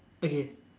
okay